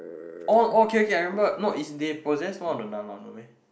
oh oh okay okay I remember no is they possess one of the nun mah no meh